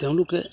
তেওঁলোকে